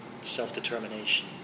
self-determination